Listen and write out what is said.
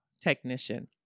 technician